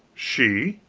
she?